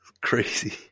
crazy